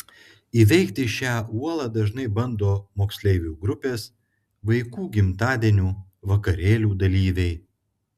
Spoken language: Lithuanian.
įveikti šią uolą dažnai bando moksleivių grupės vaikų gimtadienių vakarėlių dalyviai